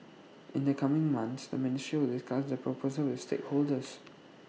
in the coming months the ministry will discuss the proposal with stakeholders